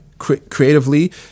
creatively